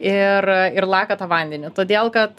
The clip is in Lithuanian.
ir ir laka tą vandenį todėl kad